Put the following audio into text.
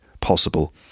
possible